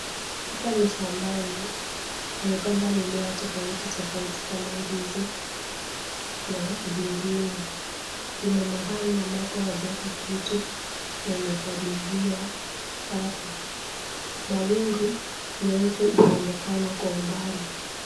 Haoa ni shambani wamepanda mimea tofautitofauti kama ndizi na zingine. Kuna mahali ambapo hawajaeka kitu na imepaliliwa safi. Mawingu meupe yanaonekana mbali.